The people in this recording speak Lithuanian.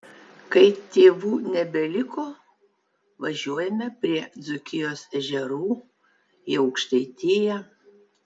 kai tėvų nebeliko važiuojame prie dzūkijos ežerų į aukštaitiją